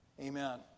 Amen